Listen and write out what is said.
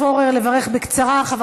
חוק המאבק בטרור (תיקון מס' 4), התשע"ט 2018,